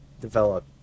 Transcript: develop